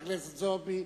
תודה לחברת הכנסת זועבי.